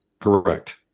Correct